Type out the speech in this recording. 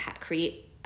create